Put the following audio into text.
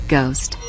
Ghost